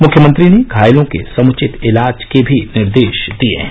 मुख्यमंत्री ने घायलों के समुचित इलाज के भी निर्देश दिए हैं